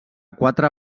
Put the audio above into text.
quatre